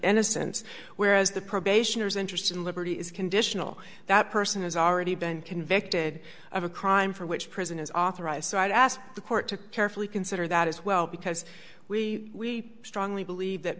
innocence whereas the probationers interest in liberty is conditional that person has already been convicted of a crime for which prison is authorized so i'd ask the court to carefully consider that as well because we strongly believe that